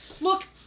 look